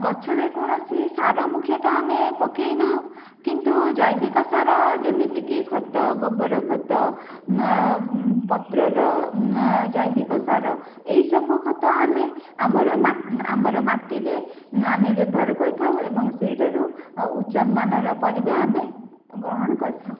ଗଛରେ କୌଣସି ସାର ମୁଖ୍ୟତଃ ଆମେ ପକାଇନାହୁଁ କିନ୍ତୁ ଜୈବିକ ସାର ଯେମିତିକି ଖତ ଗୋବର ଖତ ପତ୍ରର ଜୈବିକ ସାର ଏହିସବୁ ଖତ ଆମେ ଆମର ଆମର ମାଟିରେ ଆମେ ବ୍ୟବହାର କରିଥାଉ ଏବଂ ସେହିଠାରୁ ଉଚ୍ଚ ମାନର ପରିବା ଆମେ ଗ୍ରହଣ କରିଥାଉ